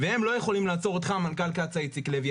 והם לא יכולים לעצור אותך מנכ"ל קצא"א איציק לוי,